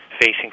facing